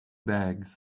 bags